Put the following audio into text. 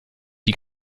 die